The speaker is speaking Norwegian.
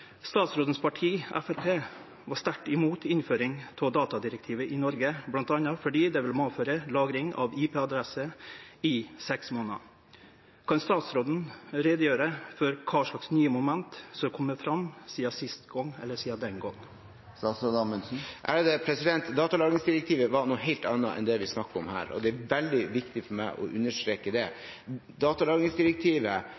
var sterkt imot innføring av datalagringsdirektivet i Noreg, bl.a. fordi det ville medføre lagring av IP-adresser i seks månader. Kan statsråden gjere greie for kva slags nye moment som er komne fram sidan den gongen? Datalagringsdirektivet var noe helt annet enn det vi snakker om her. Det er veldig viktig for meg å understreke